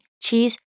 cheese